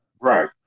Right